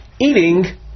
eating